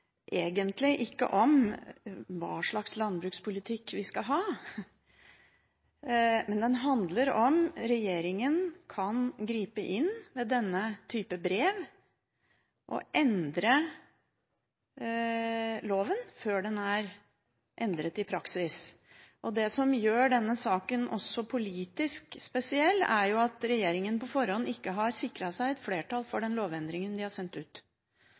egentlig ikke om hva slags landbrukspolitikk vi skal ha, den handler om hvorvidt regjeringen kan gripe inn ved denne type brev og endre loven før den er endret i praksis. Det som gjør denne saken også politisk spesiell, er at regjeringen på forhånd ikke har sikret seg et flertall for den lovendringen den har sendt ut